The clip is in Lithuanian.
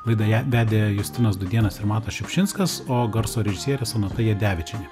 laidą ją vedė justinas dudėnas ir matas šiupšinskas o garso režisierė sonata jadevičienė